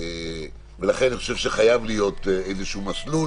חייב להיות איזשהו מסלול